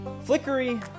Flickery